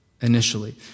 initially